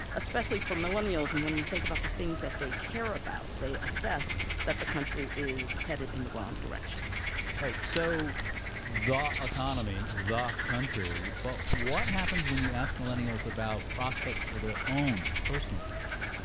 especially for millennials and when you think about the things that they care about, they assess that the country is headed in the wrong direction all right, so the economy, the country. but what happens when you ask millennials about prospects for their own personal futures?